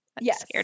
Yes